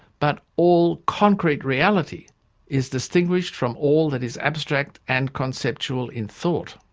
but all concrete reality is distinguished from all that is abstract and conceptual in thought.